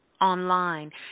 online